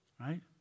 Right